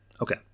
okay